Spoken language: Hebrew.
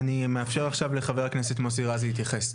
אני מאפשר עכשיו לחה"כ מוסי רז להתייחס.